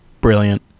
Brilliant